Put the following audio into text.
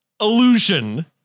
illusion